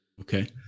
Okay